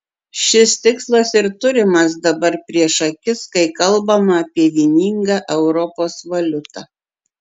šis tikslas ir turimas dabar prieš akis kai kalbama apie vieningą europos valiutą